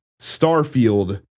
Starfield